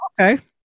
Okay